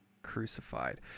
Crucified